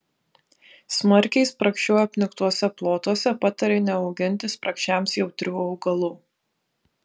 smarkiai spragšių apniktuose plotuose patarė neauginti spragšiams jautrių augalų